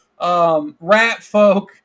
Ratfolk